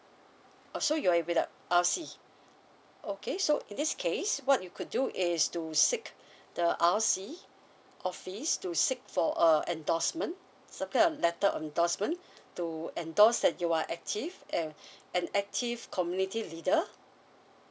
so you're with uh L_C okay so in this case what you could do is to seek the L_C office to seek for a endorsement secure a letter of endorsement to endorse that you are active err an active community leader